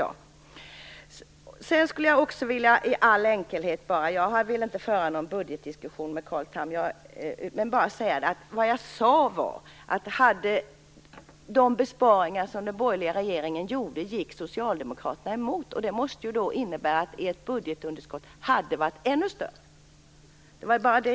Jag vill inte föra någon budgetdebatt med Carl Tham, men jag skulle vilja säga att det jag sade var att de besparingar som den borgerliga regeringen genomförde var socialdemokraterna emot. Det måste innebära att ert budgetunderskott hade varit ännu större.